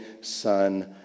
son